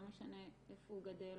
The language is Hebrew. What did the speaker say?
לא משנה איפה הוא גדל,